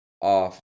off